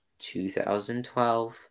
2012